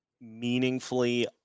meaningfully